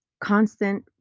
constant